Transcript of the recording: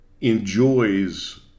enjoys